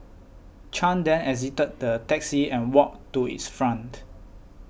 Chan then exited the taxi and walked to its front